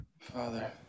Father